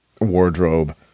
wardrobe